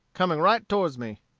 coming right towards me.